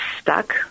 stuck